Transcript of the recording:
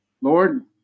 Lord